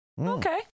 Okay